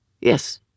Yes